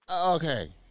Okay